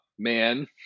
man